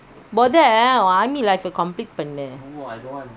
மொதஉன்ஆர்மிலைப்பகம்ப்ளீட்பண்ணு:motha un army lifeah complete pannu